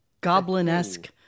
goblin-esque